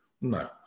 No